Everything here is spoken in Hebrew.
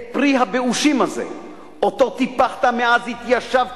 את פרי הבאושים הזה שטיפחת מאז התיישבת